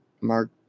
mark